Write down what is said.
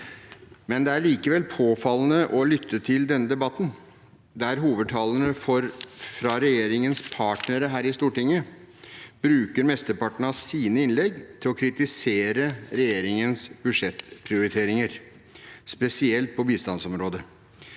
men det er likevel påfallende å lytte til denne debatten, der hovedtalerne fra regjeringens partnere her i Stortinget bruker mesteparten av sine innlegg til å kritisere regjeringens budsjettprioriteringer, spesielt på bistandsområdet.